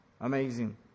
Amazing